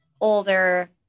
older